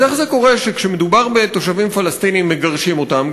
אז איך זה קורה שכשמדובר בתושבים פלסטינים מגרשים אותם,